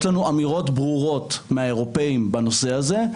לנו אמירות ברורות מהאירופאים בנושא הזה,